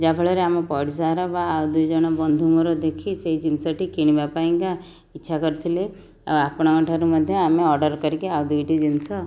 ଯାହାଫଳରେ ଆମ ପଡ଼ିଶାଘର ବା ଦୁଇଜଣ ବନ୍ଧୁ ମୋର ଦେଖି ସେଇ ଜିନିଷଟି କିଣିବା ପାଇଁକି ଇଚ୍ଛା କରିଥିଲେ ଓ ଆପଣଙ୍କଠାରୁ ମଧ୍ୟ ଆମେ ଅର୍ଡ଼ର କରିକି ଆଉ ଦୁଇଟି ଜିନିଷ